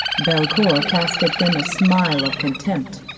belcour cast at him a smile of contempt,